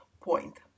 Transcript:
point